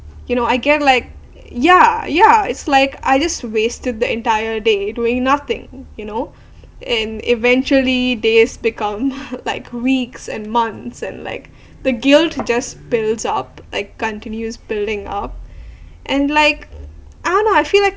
you know I get like yeah yeah it's like I just wasted the entire day doing nothing you know and eventually days become like weeks and months and like the guilt just builds up like continues building up and like I don't know I feel like